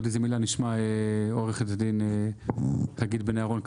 עוד איזה מילה נשמע מעו"ד חגית בן אהרון,